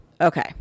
okay